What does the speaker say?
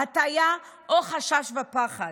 הטעיה או חשש ופחד.